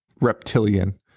Reptilian